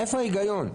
איפה ההיגיון?